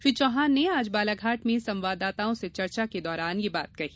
श्री चौहान ने आज बालाघाट में संवाददाताओं से चर्चा के दौरान ये बात कही